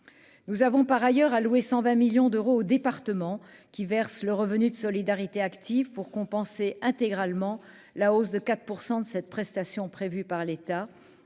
nous avons par ailleurs louer 120 millions d'euros aux départements qui versent le revenu de solidarité active pour compenser intégralement la hausse de 4 % de cette prestation prévue par l'État